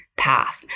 path